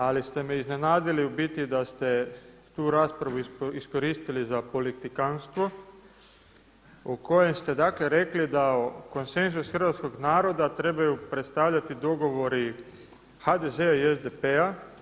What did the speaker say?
Ali ste me iznenadili u biti da ste tu raspravu iskoristili za politikanstvo u kojem ste dakle rekli da konsenzus hrvatskog naroda trebaju predstavljati dogovori HDZ-a i SDP-a.